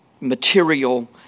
material